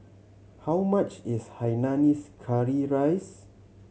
how much is hainanese curry rice